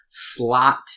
slot